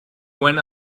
when